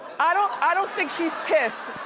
i don't i don't think she's pissed.